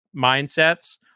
mindsets